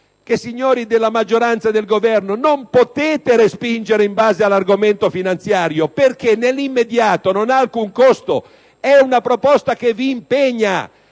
signori della maggioranza e del Governo, non potete respingerla in base all'argomento finanziario, perché nell'immediato non ha alcun costo. È una proposta che vi impegna